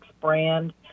brand